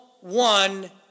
one